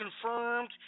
confirmed